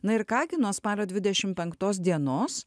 na ir ką gi nuo spalio dvidešimt penktos dienos